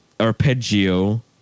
arpeggio